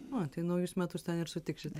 o tai naujus metus ten ir sutiksit